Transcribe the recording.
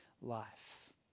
life